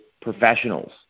professionals